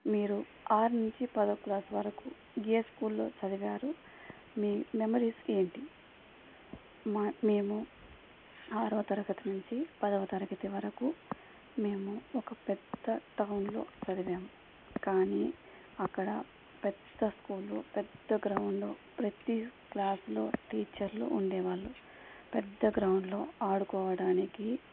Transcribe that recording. మీరు ఆరు నుంచి పదో క్లాసు వరకు ఏ స్కూల్లో చదివారు మీ మెమరీస్ ఏంటి మ మేము ఆరో తరగతి నుంచి పదవ తరగతి వరకు మేము ఒక పెద్ద టౌన్లో చదివాము కానీ అక్కడ పెద్ద స్కూల్లో పెద్ద గ్రామంలో ప్రతి క్లాసులో టీచర్లు ఉండేవాళ్ళు పెద్ద గ్రౌండ్లో ఆడుకోవడానికి